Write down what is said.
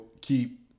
keep